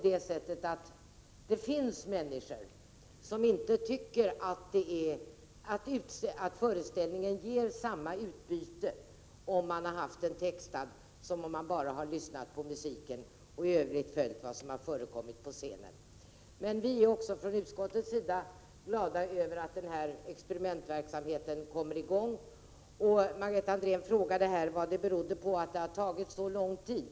Det finns nämligen människor som inte tycker att föreställningen ger samma utbyte om man har haft den textad som om man bara har lyssnat på musiken och i övrigt följt vad som har förekommit på scenen. Vi från utskottets sida är glada över att experimentverksamheten kommer Margareta Andrén frågade vad det berodde på att det har tagit så lång tid.